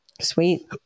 Sweet